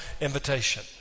invitation